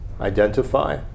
identify